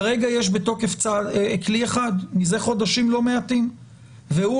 יש בתוקף כלי אחד מזה חודשים לא מעטים והוא